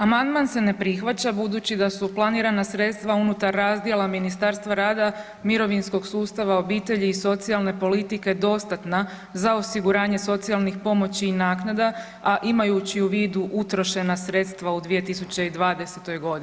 Amandman se ne prihvaća, budući da su planirana sredstva unutar razdjela Ministarstva rada, mirovinskog sustava, obitelji i socijalne politike dostatna za osiguranje socijalnih pomoći i naknada, a imajući u vidu utrošena sredstva u 2020. godini.